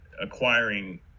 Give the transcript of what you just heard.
acquiring